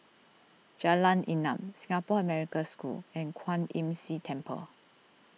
Jalan Enam Singapore American School and Kwan Imm See Temple